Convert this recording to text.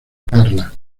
carla